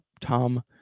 tom